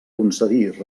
concedir